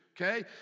okay